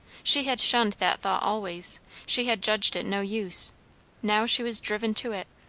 she had shunned that thought always she had judged it no use now she was driven to it.